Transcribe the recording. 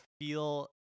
feel